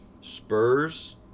Spurs